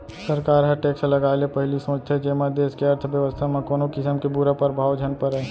सरकार ह टेक्स लगाए ले पहिली सोचथे जेमा देस के अर्थबेवस्था म कोनो किसम के बुरा परभाव झन परय